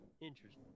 Interesting